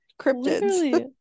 cryptids